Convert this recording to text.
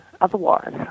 otherwise